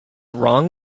wrong